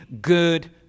good